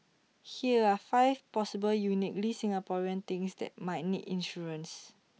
here are five possible uniquely Singaporean things that might need insurance